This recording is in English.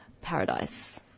Paradise